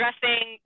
dressing